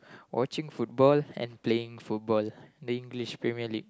watching football and playing football the English Premier League